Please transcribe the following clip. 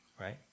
right